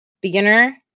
beginner